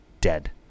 dead